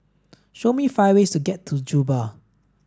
show me five ways to get to Juba